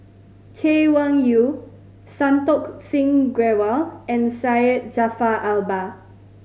Chay Weng Yew Santokh Singh Grewal and Syed Jaafar Albar